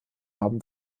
haben